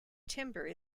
timbre